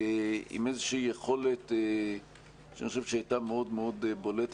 אלא עם איזושהי יכולת שאני חושב שהיא הייתה מאוד מאוד בולטת,